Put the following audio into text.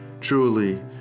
Truly